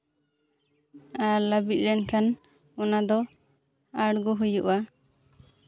ᱟᱨ ᱞᱟᱹᱵᱤᱫ ᱞᱮᱱᱠᱷᱟᱱ ᱚᱱᱟ ᱫᱚ ᱟᱬᱜᱚ ᱦᱩᱭᱩᱜᱼᱟ